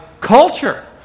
culture